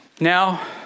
Now